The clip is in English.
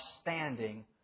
standing